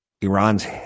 Iran's